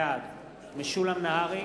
בעד משולם נהרי,